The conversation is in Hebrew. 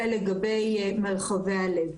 זה לגבי מרחבי הלב.